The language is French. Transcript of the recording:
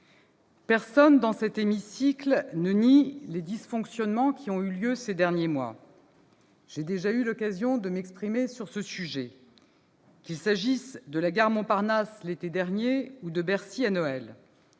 Personne dans cet hémicycle ne nie les dysfonctionnements qui ont eu lieu ces derniers mois. J'ai déjà eu l'occasion de m'exprimer sur les événements survenus à la gare Montparnasse l'été dernier ou à Bercy à Noël,